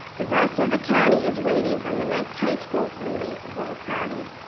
the rest of the county is waiting on the next high school for relief of overcrowding.